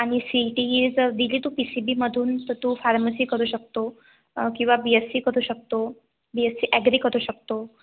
आणि C E T जर दिली तू पी सी बीमधून तर तू फार्मसी करू शकतो किंवा बी एस्सी करू शकतो बी एस्सी ऍग्री करू शकतो